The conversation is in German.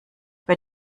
bei